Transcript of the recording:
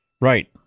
Right